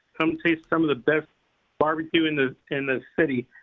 come taste some of the best barbecue in the in the city.